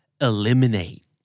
Eliminate